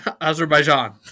Azerbaijan